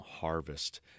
harvest